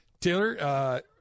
Taylor